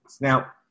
Now